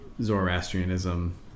Zoroastrianism